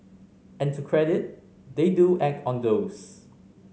and to credit they do act on those